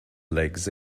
legs